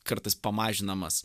kartais pamažinamas